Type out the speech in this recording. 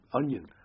onion